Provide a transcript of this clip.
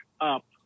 up